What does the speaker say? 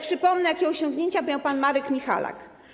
Przypomnę, jakie osiągnięcia miał pan Marek Michalak.